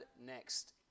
next